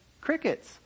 crickets